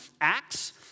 Acts